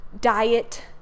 diet